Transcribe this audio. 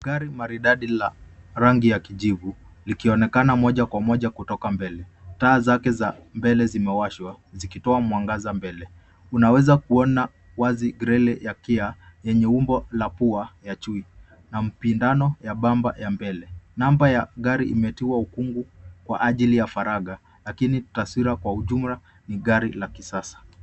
Gari maridadi la rangi ya kijivu likionekana moja kwa moja kutoka mbele. Taa zake za mbele zimewashwa zikitoa mwangaza mbele. Unaweza kuona wazi grele ya kia lenye umbo la pua wa chui na mpindano ya bamba la mbele. Namba ya gari imetiwa ukungu kwa ajili ya faragha lakini taswira kwa ujumla ni gari la kisasa.